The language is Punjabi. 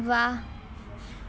ਵਾਹ